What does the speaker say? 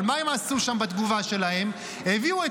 אבל מה הם עשו שם בתגובה שלהם?